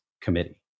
committee